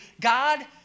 God